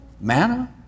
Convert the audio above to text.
Manna